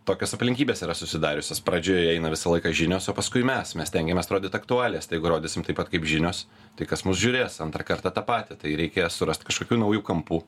tokios aplinkybės yra susidariusios pradžioje eina visą laiką žinios o paskui mes mes stengiamės rodyt aktualijas tai jeigu rodysim taip pat kaip žinios tai kas mus žiūrės antrą kartą tą patį tai reikia surast kažkokių naujų kampų